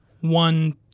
one